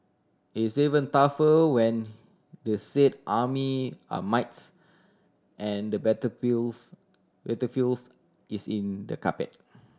it's even tougher when the said army are mites and the battlefields battlefields is in the carpet